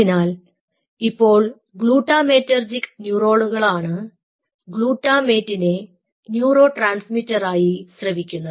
അതിനാൽ ഇപ്പോൾ ഗ്ലുട്ടാമേറ്റർജിക് ന്യൂറോണുകളാണ് ഗ്ലൂട്ടാമേറ്റിനെ ന്യൂറോ ട്രാൻസ്മിറ്ററായി സ്രവിക്കുന്നത്